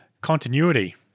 continuity